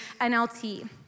NLT